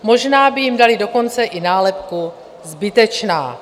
Možná by jim dali dokonce i nálepku zbytečná.